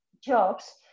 jobs